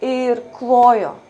ir klojo